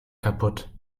kaputt